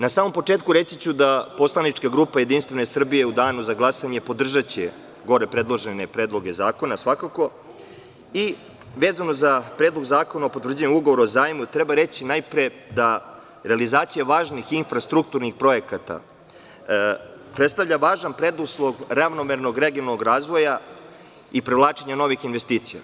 Na samom početku reći ću da poslanička grupa JS u danu za glasanje podržava gore predložene predloge zakona, svakako, i vezano za Predlog zakona o potvrđivanju Ugovora o zajmu treba reći najpre da realizacija važnih infrastrukturnih projekata predstavlja važan preduslov ravnomernog regionalnog razvoja i prevlačenju novih investicija.